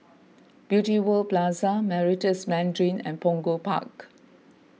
Beauty World Plaza Meritus Mandarin and Punggol Park